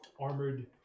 armored